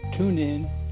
TuneIn